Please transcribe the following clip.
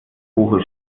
buche